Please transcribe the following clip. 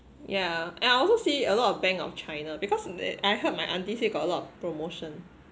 yeah and I also see a lot of Bank of China because I heard my auntie say got a lot of promotion